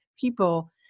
people